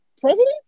President